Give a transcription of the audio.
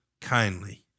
kindly